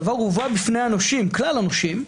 הדבר הובא בפני כלל הנושים,